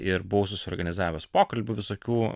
ir buvau suorganizavęs pokalbių visokių